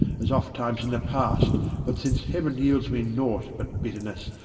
as ofttimes in the past but since heaven yields me nought but bitterness,